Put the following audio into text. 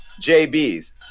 JB's